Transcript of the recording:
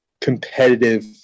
competitive